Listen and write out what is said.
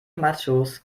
machos